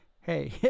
hey